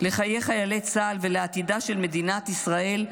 לחיי חיילי צה"ל ולעתידה של מדינת ישראל,